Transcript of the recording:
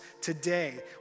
today